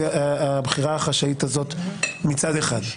שהבחירה החשאית הזאת מצד אחד.